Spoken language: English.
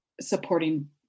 supporting